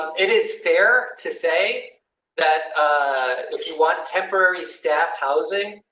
it is fair to say that if you want temporary staff housing,